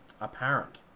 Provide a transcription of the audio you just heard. apparent